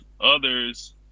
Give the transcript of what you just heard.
others